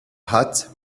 hat